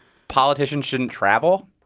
politicians shouldn't travel,